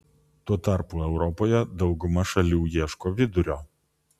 tuo tarpu europoje dauguma šalių ieško vidurio